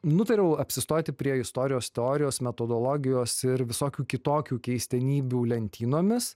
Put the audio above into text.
nutariau apsistoti prie istorijos teorijos metodologijos ir visokių kitokių keistenybių lentynomis